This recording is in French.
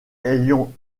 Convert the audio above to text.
ayant